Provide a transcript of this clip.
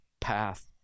path